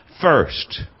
first